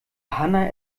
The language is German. hanna